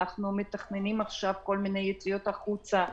ואנחנו גם מתכננים עכשיו יציאות החוצה.